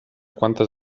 quantes